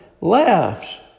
laughs